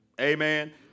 amen